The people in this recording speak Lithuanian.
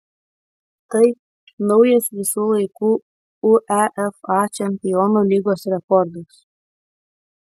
tai naujas visų laikų uefa čempionų lygos rekordas